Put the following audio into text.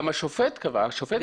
גם השופטת קבעה זאת.